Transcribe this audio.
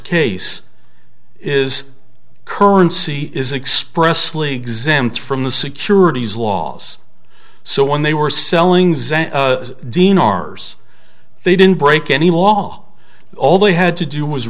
case is currency is express league zen's from the securities laws so when they were selling dean r s they didn't break any law all they had to do was